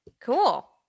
cool